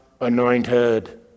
anointed